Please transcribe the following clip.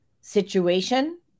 situation